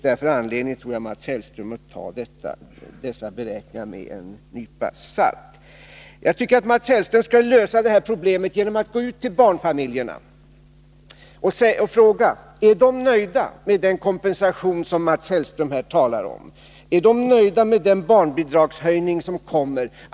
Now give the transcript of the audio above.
Därför tror jag, Mats Hellström, att det finns anledning att ta beräkningarna med en nypa salt. Jag tycker att Mats Hellström skall lösa problemet genom att gå ut till barnfamiljerna och fråga om de är nöjda med den kompensation som Mats Hellström här talar om och med den barnbidragshöjning som kommer.